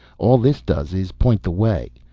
all this does is point the way.